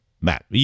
Matt